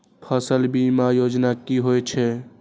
फसल बीमा योजना कि होए छै?